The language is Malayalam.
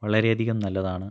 വളരെ അധികം നല്ലതാണ്